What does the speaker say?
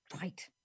right